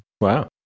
Wow